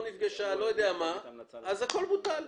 לא נפגשה והכול בוטל.